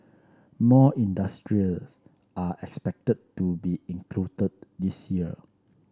more industries are expected to be included this year